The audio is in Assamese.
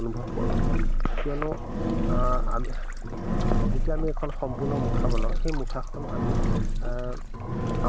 অনুভৱ কৰোঁ কিয়নো যেতিয়া আমি এখন সম্পূৰ্ণ মুখা বনাওঁ সেই মুখাখন আমি